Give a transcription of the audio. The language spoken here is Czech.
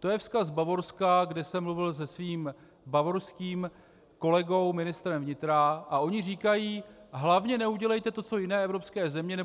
To je vzkaz Bavorska, kde jsem mluvil se svým bavorským kolegou, ministrem vnitra, a oni říkají: Hlavně neudělejte to co jiné evropské země,